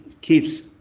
keeps